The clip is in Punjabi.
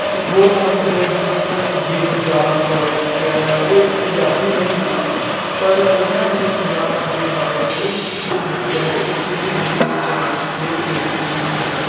ਇੱਕ ਹੋਰ ਸੰਤ ਹੋਏ ਹਨ ਜਿਹਨਾਂ ਨੇ ਜੀਵਨ ਜਾਚ ਬਾਰੇ ਦੱਸਿਆ ਹੈ ਉਹ ਇੱਕ ਪੰਜਾਬੀ ਨਹੀਂ ਹਨ ਪਰ ਉਹਨਾਂ ਨੇ ਪੰਜਾਬ ਦੇ ਬਾਰੇ ਬਹੁਤ ਹੀ ਕੁਝ ਦੱਸਿਆ ਹੈ ਕਿ ਕਿਵੇਂ ਜੀਵਨ ਜਾਚ ਹਰੇਕ ਵਿਅਕਤੀ ਜੀਅ ਸਕਦਾ